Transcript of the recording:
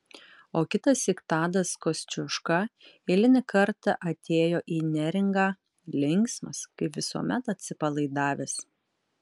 o kitąsyk tadas kosciuška eilinį kartą atėjo į neringą linksmas kaip visuomet atsipalaidavęs